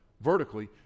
vertically